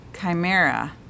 Chimera